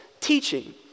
teaching